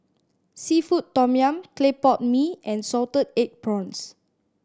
seafood tom yum clay pot mee and salted egg prawns